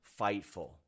FIGHTFUL